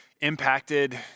impacted